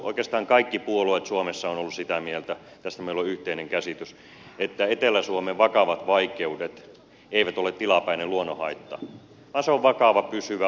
oikeastaan kaikki puolueet suomessa ovat olleet sitä mieltä tästä meillä on yhteinen käsitys että etelä suomen vakavat vaikeudet eivät ole tilapäinen luonnonhaitta vaan vakava pysyvä olosuhdehaitta